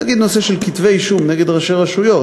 נגיד, בנושא כתבי אישום נגד ראשי רשויות.